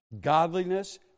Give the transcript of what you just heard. godliness